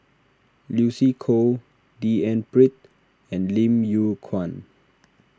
Lucy Koh D N Pritt and Lim Yew Kuan